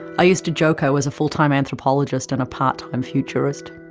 i used to joke i was a full-time anthropologist and a part-time futurist.